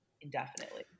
indefinitely